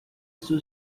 sua